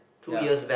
ya